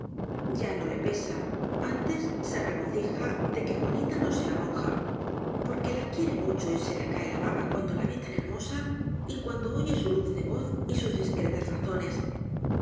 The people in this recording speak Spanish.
ya no le pesa antes se regocija de que juanita no sea monja porque la quiere mucho y se le cae la baba cuando la ve tan her mosa y cuando oye su dulce voz y sus discretas razones